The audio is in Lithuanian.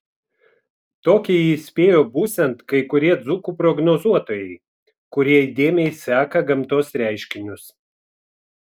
tokį jį įspėjo būsiant kai kurie dzūkų prognozuotojai kurie įdėmiai seka gamtos reiškinius